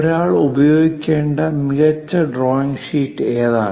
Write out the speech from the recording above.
ഒരാൾ ഉപയോഗിക്കേണ്ട മികച്ച ഡ്രോയിംഗ് ഷീറ്റ് ഏതാണ്